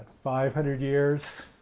five hundred years.